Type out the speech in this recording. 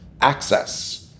access